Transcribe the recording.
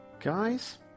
Guys